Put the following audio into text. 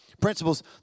Principles